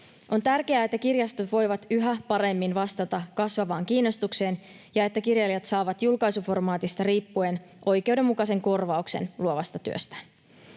On tärkeää, että kirjastot voivat yhä paremmin vastata kasvavaan kiinnostukseen ja että kirjailijat saavat julkaisuformaatista riippumatta oikeudenmukaisen korvauksen luovasta työstään.